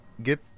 get